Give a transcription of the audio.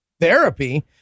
Therapy